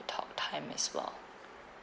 talk time as well